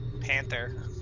panther